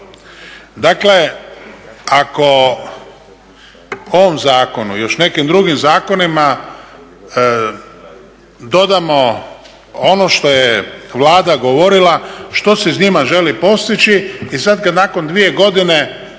Dakle, ako po ovom zakonu i još nekim drugim zakonima dodamo ono što je Vlada govorila što se s njima želi postići, i sad kad nakon 2 godine